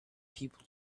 people